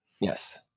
Yes